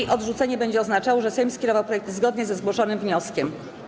Jej odrzucenie będzie oznaczało, że Sejm skierował projekt zgodnie ze zgłoszonym wnioskiem.